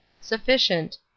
sufficient